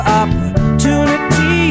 opportunity